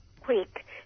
quick